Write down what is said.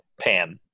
pan